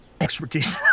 Expertise